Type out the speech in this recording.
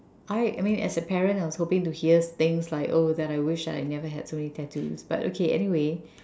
alright I mean as a parent I was hoping to hear things like oh that I wish I never had so many tattoos but okay anyway